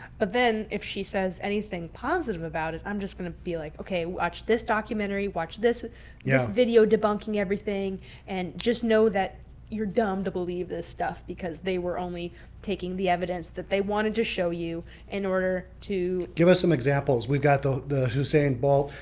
but then if she says anything positive about it, i'm just going to be like, okay, watch this documentary, watch this yeah video, debunking everything and just know that you're dumb to believe this stuff because they were only taking the evidence that they wanted to show you in order to give us some examples. we've got the the hussein bolt,